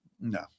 No